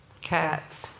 Cats